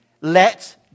let